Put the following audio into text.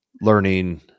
learning